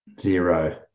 zero